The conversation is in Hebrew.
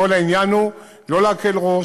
כל העניין הוא לא להקל ראש,